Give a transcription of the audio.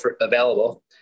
available